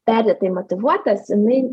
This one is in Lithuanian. perdėtai motyvuotas jinai